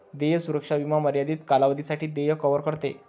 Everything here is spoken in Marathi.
देय सुरक्षा विमा मर्यादित कालावधीसाठी देय कव्हर करते